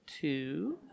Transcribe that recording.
two